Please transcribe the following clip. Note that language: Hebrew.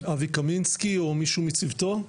אבי קמינסקי או מישהו מצוותו?